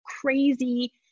crazy